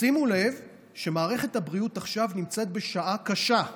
שימו לב שמערכת הבריאות עכשיו נמצאת בשעה קשה,